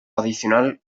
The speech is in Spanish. adicional